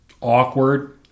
awkward